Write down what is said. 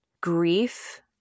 grief